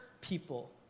people